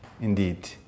indeed